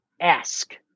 ask